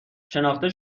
شناخته